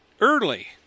early